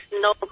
no